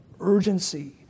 urgency